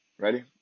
Ready